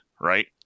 right